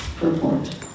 report